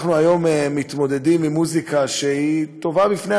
אנחנו היום מתמודדים עם מוזיקה שהיא טובה בפני